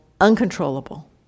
Uncontrollable